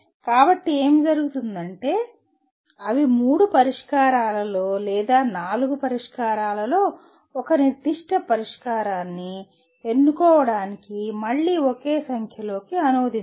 కాబట్టి ఏమి జరుగుతుందంటే అవి మూడు పరిష్కారాలలో లేదా నాలుగు పరిష్కారాలలో ఒక నిర్దిష్ట పరిష్కారాన్ని ఎన్నుకోవటానికి మళ్ళీ ఒకే సంఖ్యలోకి అనువదించవు